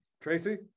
tracy